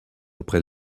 auprès